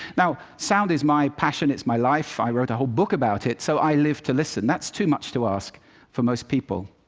now sound is my passion, it's my life. i wrote a whole book about it. so i live to listen. that's too much to ask for most people.